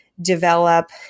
develop